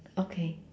okay